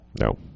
No